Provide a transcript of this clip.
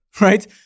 right